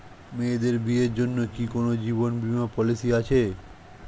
মেয়েদের বিয়ের জন্য কি কোন জীবন বিমা পলিছি আছে?